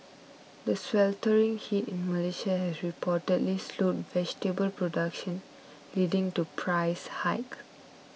the sweltering heat in Malaysia has reportedly slowed vegetable production leading to price hike